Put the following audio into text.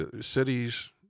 cities